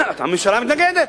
הממשלה מתנגדת.